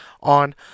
on